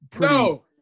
no